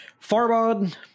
Farbod